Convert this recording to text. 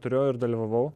turiu ir dalyvavau